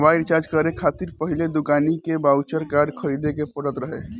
mobile recharge करे खातिर पहिले दुकानी के बाउचर कार्ड खरीदे के पड़त रहे